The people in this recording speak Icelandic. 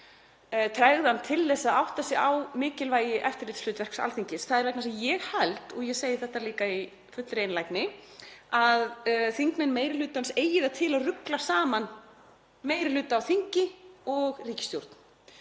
að þarna liggi tregðan til að átta sig á mikilvægi eftirlitshlutverks Alþingis. Það er vegna þess að ég held — og ég segi þetta líka í fullri einlægni — að þingmenn meiri hlutans eigi það til að rugla saman meiri hluta á þingi og ríkisstjórn